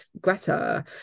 Greta